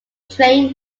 train